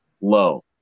low